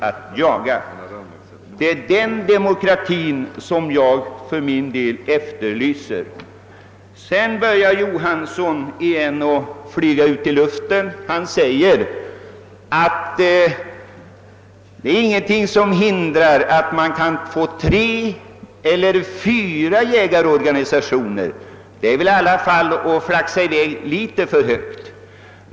Det är en sådan demokrati jag efterlyser. Sedan börjar herr Johanson i Västervik sväva ut igen, när han säger att ingenting hindrar att man kan få tre eller fyra jägarorganisationer. Det är väl i alla fall att flaxa litet för högt.